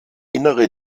innere